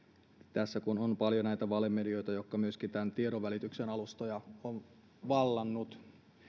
tässä kun on paljon näitä valemedioita jotka tämän tiedonvälityksen alustoja myöskin ovat vallanneet